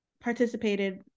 participated